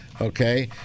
okay